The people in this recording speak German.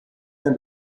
mehr